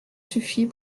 suffit